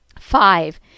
Five